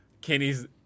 kenny's